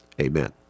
amen